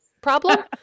problem